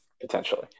potentially